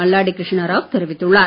மல்லாடி கிருஷ்ணாராவ் தெரிவித்துள்ளார்